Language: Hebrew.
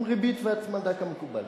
עם ריבית והצמדה כמקובל.